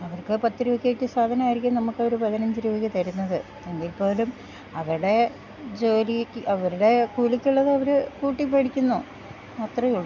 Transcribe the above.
അവർക്ക് പത്ത് രൂപക്ക് കിട്ടിയ സാധനായിരിക്കും നമ്മക്കൊരു പതിനഞ്ച് രൂപക്ക് തെര്ന്നത് എങ്കിപ്പോലും അവര്ടെ ജോലിക്ക് അവര്ടെ കൂലിക്ക്ള്ളതവര് കൂട്ടി മേടിക്ക്ന്നു അത്രേ ഒള്ളൂ